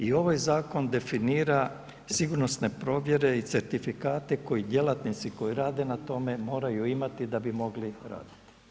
I ovaj zakon definira sigurnosne provjere i certifikate koje djelatnici koji rade na tome moraju imati da bi mogli raditi.